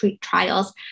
trials